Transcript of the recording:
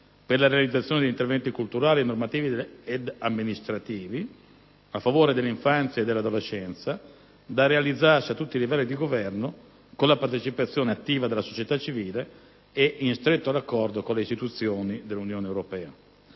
per la realizzazione di interventi culturali, normativi ed amministrativi a favore dell'infanzia e dell'adolescenza, da realizzarsi a tutti i livelli di governo con la partecipazione attiva della società civile e in stretto raccordo con le istituzioni dell'Unione europea.